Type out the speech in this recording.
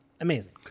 amazing